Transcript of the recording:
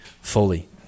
fully